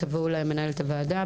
תבואו למנהלת הוועדה,